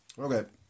Okay